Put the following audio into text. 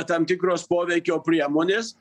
tam tikros poveikio priemonės